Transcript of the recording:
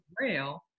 rail